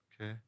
Okay